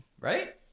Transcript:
right